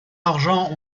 argent